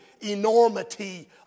enormity